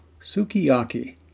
sukiyaki